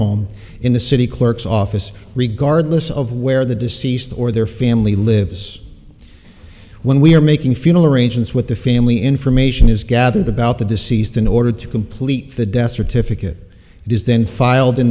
home in the city clerk's office regardless of where the deceased or their family lives when we're making funeral arrangements with the family information is gathered about the deceased in order to complete the death certificate it is then filed in